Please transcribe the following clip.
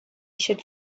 should